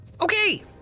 Okay